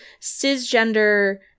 cisgender